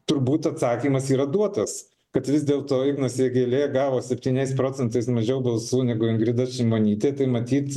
turbūt atsakymas yra duotas kad vis dėlto ir ignas vėgėlė gavo septyniais procentais mažiau balsų negu ingrida šimonytė tai matyt